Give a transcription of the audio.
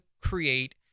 create